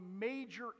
major